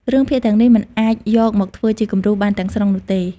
រឿងភាគទាំងនេះមិនអាចយកមកធ្វើជាគំរូបានទាំងស្រុងនោះទេ។